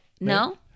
No